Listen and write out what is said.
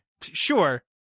Sure